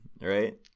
right